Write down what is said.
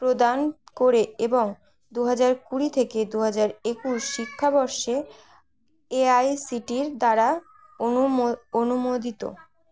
প্রদান করে এবং দু হাজার কুড়ি থেকে দু হাজার একুশ শিক্ষাবর্ষে এআইসিটিইর দ্বারা অনুো অনুমোদিত